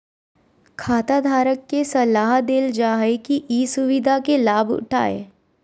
खाताधारक के सलाह देल जा हइ कि ई सुविधा के लाभ उठाय